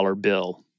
bill